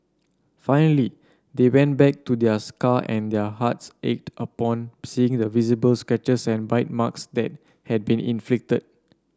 finally they went back to their scar and their hearts ached upon seeing the visible scratches and bite marks that had been inflicted